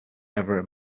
ever